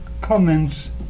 comments